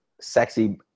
sexy